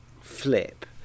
flip